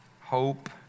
Hope